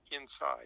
inside